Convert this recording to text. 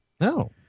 No